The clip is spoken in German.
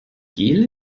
gel